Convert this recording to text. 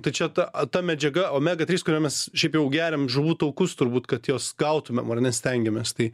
tai čia ta ta medžiaga omega trys kurią mes šiaip jau geriam žuvų taukus turbūt kad jos gautumėm ar ne stengiamės tai